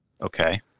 Okay